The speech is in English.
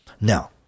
Now